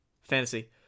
fantasy